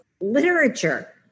literature